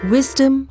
Wisdom